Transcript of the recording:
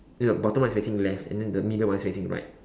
then the bottom one is facing left and then the middle one is facing right